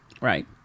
Right